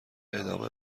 ادامه